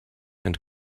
and